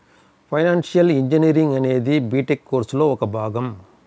financial engineering అనేది BTech కోర్సులో ఒక భాగం